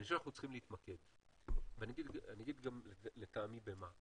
אני חושב שאנחנו צריכים להתמקד ואני אגיד גם לטעמי במה.